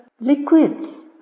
liquids